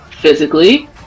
physically